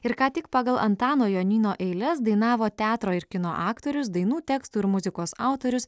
ir ką tik pagal antano jonyno eiles dainavo teatro ir kino aktorius dainų tekstų ir muzikos autorius